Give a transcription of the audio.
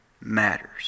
matters